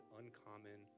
uncommon